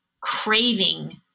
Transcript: craving